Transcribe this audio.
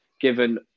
given